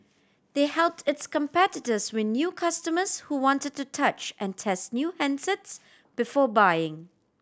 they helped its competitors win new customers who wanted to touch and test new handsets before buying